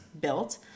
built